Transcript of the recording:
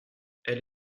elle